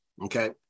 Okay